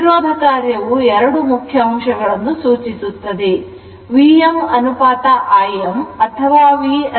ಪ್ರತಿರೋಧ ಕಾರ್ಯವು 2 ಮುಖ್ಯ ಅಂಶಗಳನ್ನು ಸೂಚಿಸುತ್ತದೆ Vm ಅನುಪಾತ Im ಅಥವ V ಅನುಪಾತ I